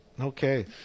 Okay